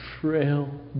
frail